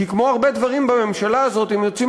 כי הרבה דברים בממשלה הזאת יוצאים